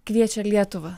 kviečia lietuvą